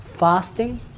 Fasting